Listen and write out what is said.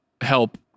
help